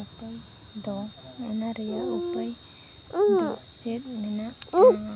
ᱩᱯᱟᱹᱭ ᱫᱚ ᱚᱱᱟ ᱨᱮᱭᱟᱜ ᱩᱯᱟᱹᱭ ᱫᱚ ᱪᱮᱫ ᱢᱮᱱᱟᱜᱼᱟ